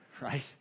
right